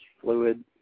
fluid